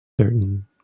certain